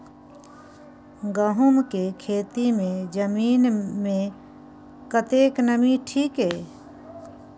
गहूम के खेती मे जमीन मे कतेक नमी ठीक ये?